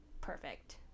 perfect